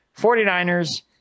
49ers